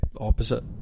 opposite